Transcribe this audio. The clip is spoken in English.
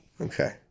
Okay